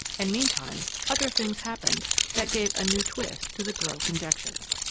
and meantime other things happened that gave a new twist to the girls' conjectures.